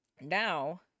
now